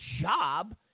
job